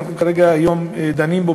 שהיום אנחנו דנים בו,